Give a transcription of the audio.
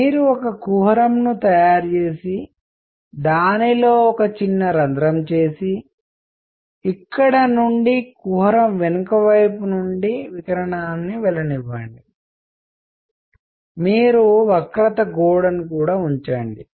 మీరు ఒక కుహరంను తయారు చేసి దానిలో ఒక చిన్న రంధ్రం చేసి ఇక్కడ నుండి కుహరం వెనుక వైపు నుండి వికిరణాన్ని వెళ్ళనివ్వండి మీరు వక్రత గోడను ఉంచండి